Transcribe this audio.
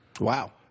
Wow